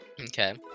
Okay